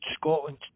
Scotland